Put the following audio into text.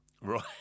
Right